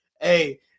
Hey